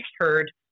heard